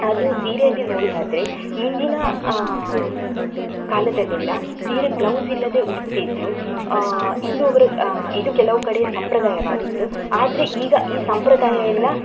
ಅದು ಸೀರೆಯಲ್ಲಿ ನೋಡುವುದಾದ್ರೆ ಹಿಂದಿನ ಕಾಲದಲ್ಲೆಲ್ಲ ಸೀರೆ ಬ್ಲೌಸ್ ಇಲ್ಲದೇ ಉಡ್ತಿದ್ದರು ಇದು ಅವರ ಇದು ಕೆಲವು ಕಡೆ ಸಂಪ್ರದಾಯವಾಗಿದ್ದು ಆದರೆ ಈಗ ಈ ಸಂಪ್ರದಾಯ ಎಲ್ಲ